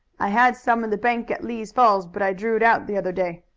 i had some in the bank at lee's falls, but i drew it out the other day.